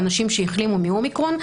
באנשים שהחלימו מאומיקרון,